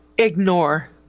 Ignore